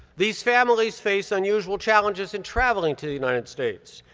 these families face unusual challenges in traveling to the united states,